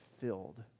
filled